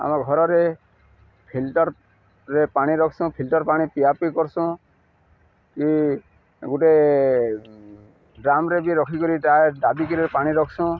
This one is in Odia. ଆମ ଘରରେ ଫିଲ୍ଟରରେ ପାଣି ରଖସୁଁ ଫିଲ୍ଟର ପାଣି ପିଆ ପିଇ କରସୁଁ କି ଗୋଟେ ଡ୍ରମରେ ବି ରଖିକିରି ତା ଡାବିକିରି ପାଣି ରଖସୁଁ